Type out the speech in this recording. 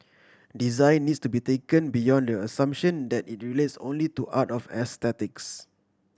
design needs to be taken beyond the assumption that it relates only to art of aesthetics